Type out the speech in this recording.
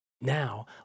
Now